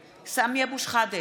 (מענק לרשויות מקומיות),